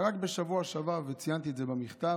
רק בשבוע שעבר, ציינתי את זה במכתב,